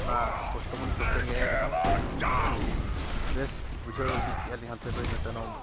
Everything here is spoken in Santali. ᱚᱱᱟ ᱠᱚᱥᱴᱚ ᱢᱟᱞᱤᱧ ᱠᱚᱥᱴᱚᱭᱮᱱ ᱜᱮᱭᱟ ᱮᱱ ᱨᱮᱦᱚᱸ ᱠᱤᱪᱷᱩ ᱵᱮᱥ ᱵᱩᱡᱷᱟᱹᱣ ᱤᱫᱤ ᱠᱮᱜ ᱟᱹᱞᱤᱧ ᱦᱟᱱᱛᱮ ᱫᱚ ᱤᱱᱟᱹ ᱛᱟᱭᱱᱚᱢ